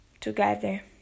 together